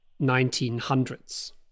1900s